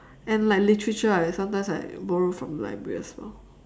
and like literature I sometimes I borrow from library as well